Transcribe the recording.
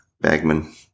Bagman